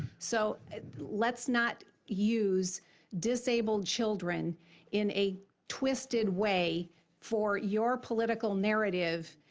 so let's not use disabled children in a twisted way for your political narrative.